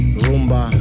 rumba